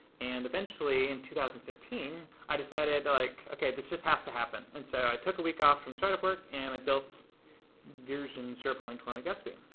and eventually in two thousand and fifteen, i decided like, okay this just has to happen. and so i took a week off from startup work and i built version zero point one of gatsby